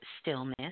stillness